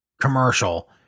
commercial